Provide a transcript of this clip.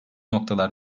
noktalar